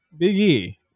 Biggie